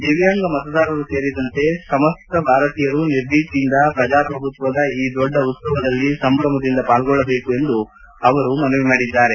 ದಿವ್ಕಾಂಗ ಮತದಾರರು ಸೇರಿದಂತೆ ಸಮಸ್ತ ಭಾರತೀಯರು ನಿರ್ಭೀತಿಯಿಂದ ಪ್ರಜಾಪ್ರಭುತ್ವದ ಈ ದೊಡ್ಡ ಉತ್ಸವದಲ್ಲಿ ಸಂಭ್ರಮದಿಂದ ಪಾಲ್ಗೊಳ್ಳಬೇಕೆಂದು ಅವರು ಮನವಿ ಮಾಡಿದ್ದಾರೆ